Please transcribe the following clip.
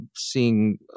seeing